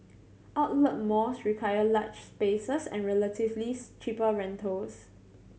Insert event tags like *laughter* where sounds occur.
outlet malls require large spaces and relatively *unintelligible* cheaper rentals